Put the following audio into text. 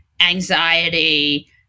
anxiety